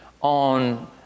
on